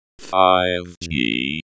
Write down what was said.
5G